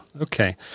Okay